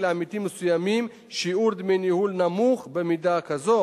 לעמיתים מסוימים שיעור דמי ניהול נמוך במידה כזאת